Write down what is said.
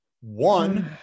one